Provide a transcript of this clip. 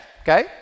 okay